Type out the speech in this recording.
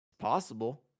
possible